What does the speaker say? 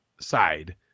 side